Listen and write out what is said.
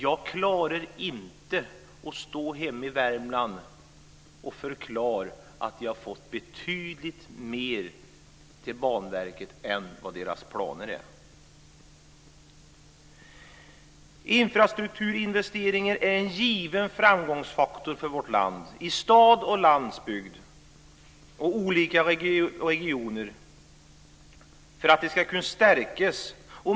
Jag klarar inte att stå hemma i Värmland och förklara att vi har fått betydligt mer till Banverket än vad deras planer är på. Infrastrukturinvesteringar är en given framgångsfaktor för vårt land. Det gäller både stad och landsbygd i olika regioner för att man ska kunna stärkas.